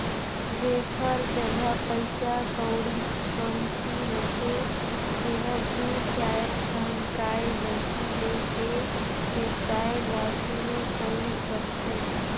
जेखर जघा पइसा कउड़ी कमती होथे तेहर दू चायर ठन गाय, भइसी ले ए वेवसाय ल सुरु कईर सकथे